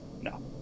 No